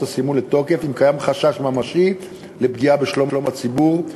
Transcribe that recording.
הסימון לתוקף אם קיים חשש ממשי לפגיעה בשלום הציבור,